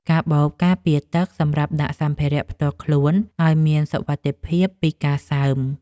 កាបូបការពារទឹក សម្រាប់ដាក់សម្ភារៈផ្ទាល់ខ្លួនឱ្យមានសុវត្ថិភាពពីការសើម។